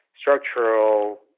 structural